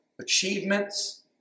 achievements